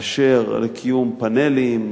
באשר לקיום פאנלים,